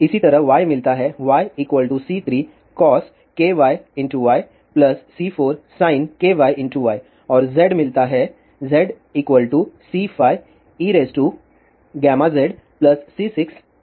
इसी तरह Y मिलता है YC3cos kyy C4sin⁡ और Z मिलता है ZC5eγzC6e γz